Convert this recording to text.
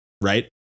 right